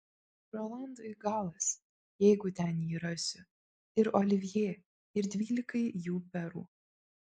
rolandui galas jeigu ten jį rasiu ir olivjė ir dvylikai jų perų